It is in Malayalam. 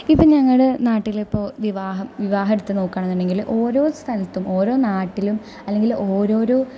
ഇപ്പ നമ്മുടെ നാട്ടിൽ ഇപ്പോൾ വിവാഹം വിവാഹമെടുത്തു നോക്കുക ആണെന്ന് ഉണ്ടെങ്കിൽ ഓരോ സ്ഥലത്തും ഓരോ നാട്ടിലും അല്ലെങ്കിൽ ഓരോരോ